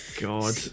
God